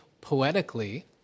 poetically